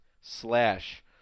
slash